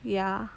ya